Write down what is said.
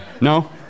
No